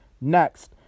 next